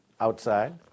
outside